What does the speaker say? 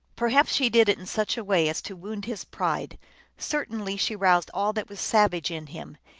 perhaps she did it in such a way as to wound his pride certainly she roused all that was savage in him,